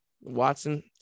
Watson